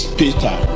peter